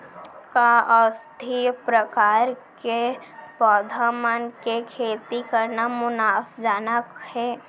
का औषधीय प्रकार के पौधा मन के खेती करना मुनाफाजनक हे?